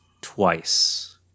twice